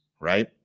right